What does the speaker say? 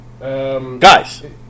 Guys